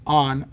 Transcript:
on